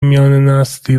میاننسلی